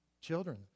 children